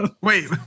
Wait